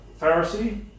Pharisee